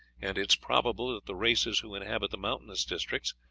and it is probable that the races who inhabit the mountainous districts,